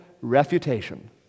refutation